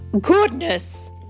goodness